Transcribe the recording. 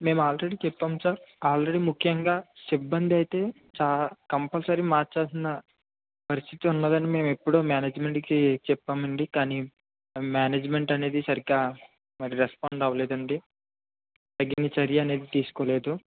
మేము ఆల్రెడీ చెప్పాము sir already ముఖ్యంగా సిబ్బంది అయితే చా కంపల్సరీ మార్చవలసిన పరిస్థితి ఉంది అని మేము ఎప్పుడో మేనేజ్మెంట్కి చెప్పాము అండి కానీ మేనేజ్మెంట్ అనేది సరిగ్గా మరి రెస్పాండ్ అవ్వలేదు అండి తగిన చర్య అనేది తీసుకోలేదు